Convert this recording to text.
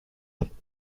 nous